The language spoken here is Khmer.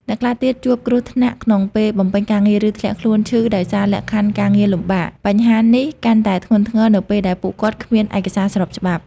អ្នកខ្លះទៀតជួបគ្រោះថ្នាក់ក្នុងពេលបំពេញការងារ ឬធ្លាក់ខ្លួនឈឺដោយសារលក្ខខណ្ឌការងារលំបាក បញ្ហានេះកាន់តែធ្ងន់ធ្ងរនៅពេលដែលពួកគាត់គ្មានឯកសារស្របច្បាប់។